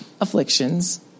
afflictions